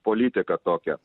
politika tokia